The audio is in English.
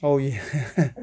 oh ya